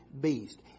beast